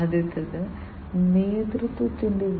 എന്നാൽ അവരെ ഇന്റർനെറ്റുമായി ബന്ധിപ്പിക്കുന്നതിന്